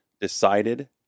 decided